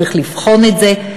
צריך לבחון את זה.